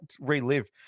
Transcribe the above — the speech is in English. relive